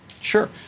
Sure